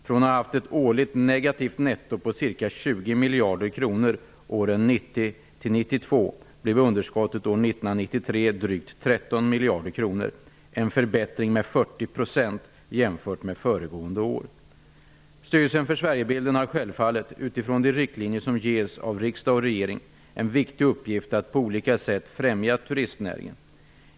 Från att ha haft ett årligt negativt netto på ca 20 miljarder kronor åren 1990--1992 blev underskottet år 1993 drygt 13 miljarder kronor, en förbättring med 40 % Styrelsen för Sverigebilden har självfallet, utifrån de riktlinjer som ges av riksdag och regering, en viktig uppgift att på olika sätt främja turistnäringen.